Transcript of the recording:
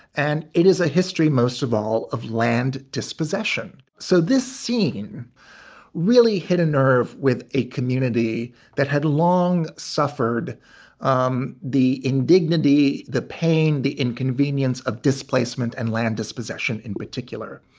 and it is a history, most of all, of land dispossession. so this scene really hit a nerve with a community that had long suffered um the indignity, the pain, the inconvenience of displacement and land dispossession in particular.